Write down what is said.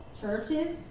churches